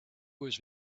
was